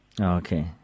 Okay